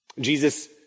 Jesus